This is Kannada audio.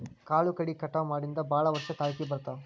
ಕಾಳು ಕಡಿ ಕಟಾವ ಮಾಡಿಂದ ಭಾಳ ವರ್ಷ ತಾಳಕಿ ಬರ್ತಾವ